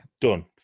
done